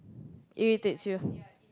irritates you